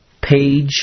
page